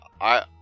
I-